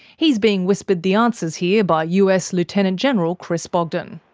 he's being whispered the answers here by us lieutenant general chris bogdan,